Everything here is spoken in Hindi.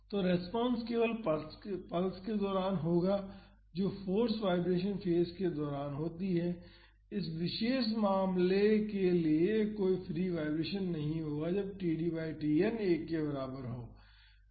तो रेस्पॉन्स केवल पल्स के दौरान होगा जो फाॅर्स वाईब्रेशन फेज के दौरान होती है इस विशेष मामले के लिए कोई फ्री वाईब्रेशन नहीं होगा जब td बाई Tn 1 के बराबर हो